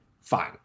fine